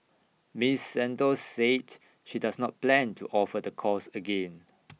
miss Santos said she does not plan to offer the course again